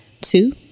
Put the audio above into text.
Two